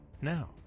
Now